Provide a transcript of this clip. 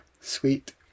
Sweet